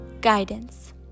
Guidance